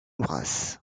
brasse